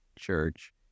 church